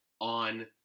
on